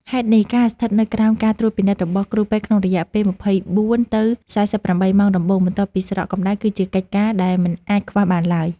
ហេតុនេះ ការស្ថិតនៅក្រោមការត្រួតពិនិត្យរបស់គ្រូពេទ្យក្នុងរយៈពេល ២៤ ទៅ ៤៨ ម៉ោងដំបូងបន្ទាប់ពីស្រកកម្ដៅ គឺជាកិច្ចការដែលមិនអាចខ្វះបានឡើយ។